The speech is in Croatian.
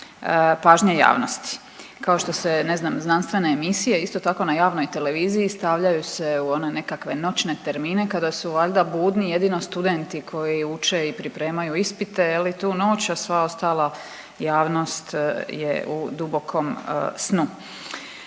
pažnje javnosti, kao što se ne znam znanstvene emisije isto tako na javnoj televiziji stavljaju se u one nekakve noćne termine kada su valjda budni jedino studenti koji uče i pripremaju ispite je li tu noć, a sva ostala javnost je u dubokom snu